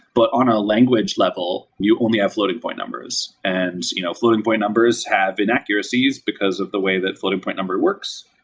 but on a language level, you only have floating-point numbers. and you know floating-point numbers have inaccuracies because of the way that floating-point number works.